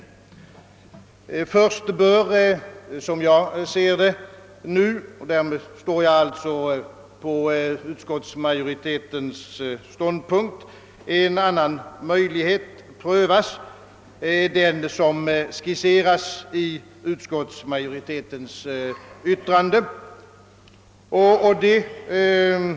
Först bör som jag ser det — och där står jag alltså på utskottsmajoritetens ståndpunkt en annan möjlighet prö vas, den som skisseras av utskottsmajoriteten.